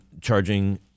charging